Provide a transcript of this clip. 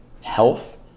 health